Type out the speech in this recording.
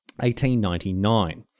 1899